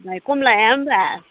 ओमफाय खम लाया होमब्ला